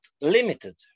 limited